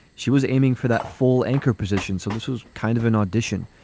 she was aiming for that full anchor position so this was kind of an audition.